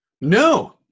no